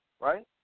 right